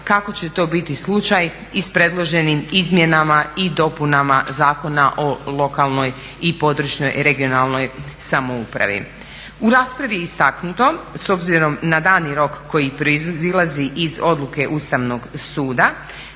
jezika i pisma nacionalnih manjina u RH Zakona o lokalnoj i područnoj (regionalnoj) samoupravi. U raspravi je istaknuto s obzirom na dani rok koji proizlazi iz odluke Ustavnog suda